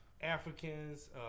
Africans